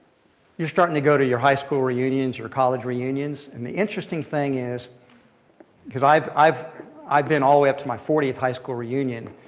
you're starting to go to your high school reunions or college reunions and the interesting thing is because i've i've been all the way up to my fortieth high school reunion,